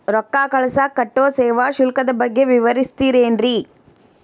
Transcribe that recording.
ರೊಕ್ಕ ಕಳಸಾಕ್ ಕಟ್ಟೋ ಸೇವಾ ಶುಲ್ಕದ ಬಗ್ಗೆ ವಿವರಿಸ್ತಿರೇನ್ರಿ?